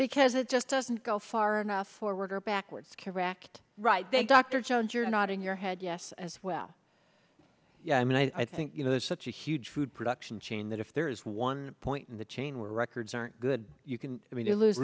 because it just doesn't go far enough forward or backwards correct right they dr jones you're nodding your head yes as well yeah i mean i think you know there's such a huge food production chain that if there's one point in the chain where records aren't good you can i mean t